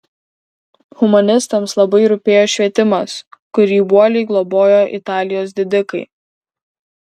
humanistams labai rūpėjo švietimas kurį uoliai globojo italijos didikai